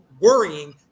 worrying